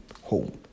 home